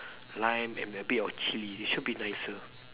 lime and a bit of chili it should be nicer